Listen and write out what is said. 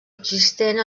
existent